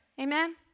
amen